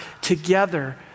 together